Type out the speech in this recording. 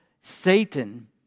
Satan